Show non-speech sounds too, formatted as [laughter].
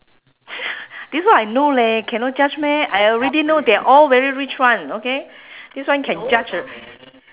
[laughs] this one I know leh cannot judge meh I already know they are all very rich [one] okay this one can judge